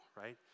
right